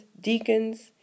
deacons